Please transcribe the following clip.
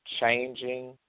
changing